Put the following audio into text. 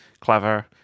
clever